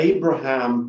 Abraham